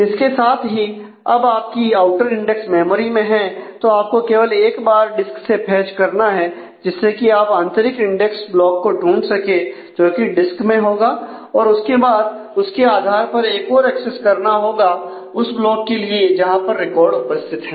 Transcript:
इसके साथ ही अब आपकी आउटर इंडेक्स मेमोरी में है तो आपको केवल एक बार डिस्क से फैच करना है जिससे कि आप आंतरिक इंडेक्स ब्लॉक को ढूंढ सकें जोकि डिस्क में होगा और उसके बाद उसके आधार पर एक और एक्सेस करना होगा उस ब्लाक के लिए जहां पर रिकॉर्ड उपस्थित है